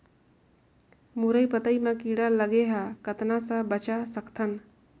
मुरई पतई म कीड़ा लगे ह कतना स बचा सकथन?